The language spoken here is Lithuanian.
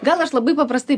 gal aš labai paprastai